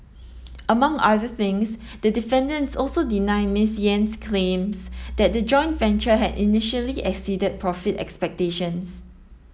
among other things the defendants also deny Ms Yen's claims that the joint venture had initially exceeded profit expectations